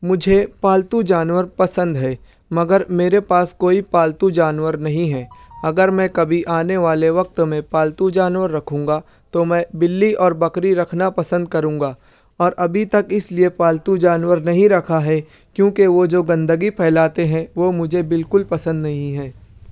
مجھے پالتو جانور پسند ہے مگر میرے پاس کوئی پالتو جانور نہیں ہے اگر میں کبھی آنے والے وقت میں پالتو جانور رکھوں گا تو میں بلّٗی اور بکری رکھنا پسند کروں گا اور ابھی تک اِس لیے پالتو جانور نہیں رکھا ہے کیونکہ وہ جو گندگی پھیلاتے ہیں وہ مجھے بالکل پسند نہیں ہے